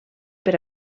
per